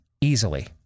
Easily